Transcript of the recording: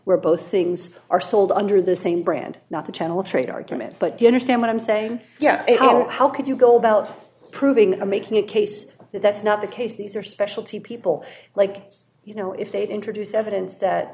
where both things are sold under the same brand not the channel trade argument but do you understand what i'm saying yeah how could you go about proving that i'm making a case that that's not the case these are special to people like you know if they introduce evidence that